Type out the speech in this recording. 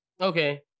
Okay